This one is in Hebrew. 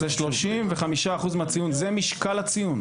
זה 35% מהציון, זה משקל הציון.